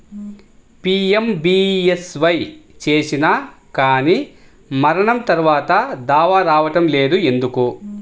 PMBSY చేసినా కానీ మరణం తర్వాత దావా రావటం లేదు ఎందుకు?